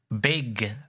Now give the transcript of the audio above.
big